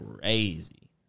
crazy